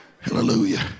hallelujah